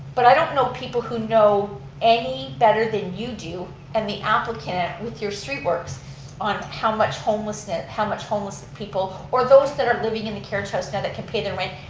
but i don't know people who know any better than you do and the applicant with your street works on how much homelessness how much homeless people or those that are living in the care trust now that can pay the rent,